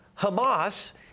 Hamas